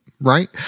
right